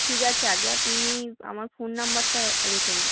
ঠিক আছে আগে আপনি আমার ফোন নাম্বারটা রেখে দিন